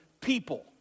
people